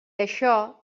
això